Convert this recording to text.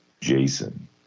Jason